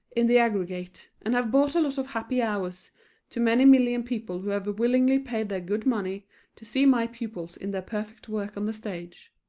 in the aggregate, and have brought a lot of happy hours to many million people who have willingly paid their good money to see my pupils in their perfect work on the stage.